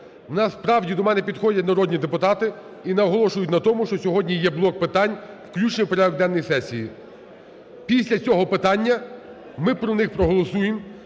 справді, до мене підходять народні депутати і наголошують на тому, що сьогодні є блок питань "включення в порядок денний сесії". Після цього питання ми про них проголосуємо.